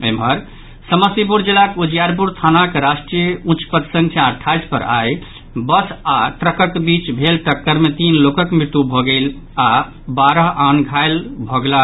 एम्हर समस्तीपुर जिलाक उजियारपुर थानाक राष्ट्रीय उच्च पथ संख्या अठाईस पर आई बस आओर ट्रकक बीच भेल टक्कर मे तीन लोकक मृत्यु भऽ गेल आओर बारह आन लोक सभ घायल भऽ गेलाह